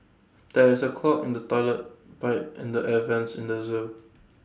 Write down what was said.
there is A clog in the Toilet Pipe and the air Vents in the Zoo